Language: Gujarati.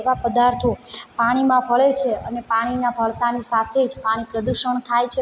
એવા પદાર્થો પાણીમાં ભળે છે અને પાણીમાં ભળતાંની સાથે જ પાણી પ્રદુષણ થાય છે